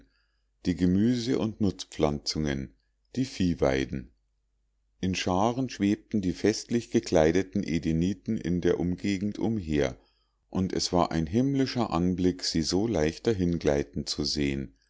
die gemüse und nutzpflanzungen die viehweiden in scharen schwebten die festlich gekleideten edeniten in der umgegend umher und es war ein himmlischer anblick sie so leicht dahingleiten zu sehen